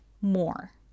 more